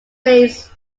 days